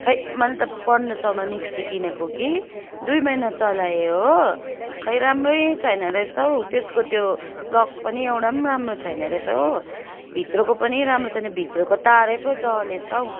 खोइ मैले त पन्ध्र सयमा मिक्सी किनेको कि दुई महिना चलाएँ हो खोइ राम्रै छैन रहेछ हौ त्यसको त्यो प्लक पनि एउटा पनि राम्रो छैन रहेछ हो भित्रको पनि राम्रो छैन भित्रको तारै पो जलेछ हौ